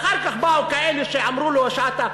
ואחר כך באו כאלו שאמרו לו שאתה,